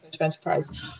enterprise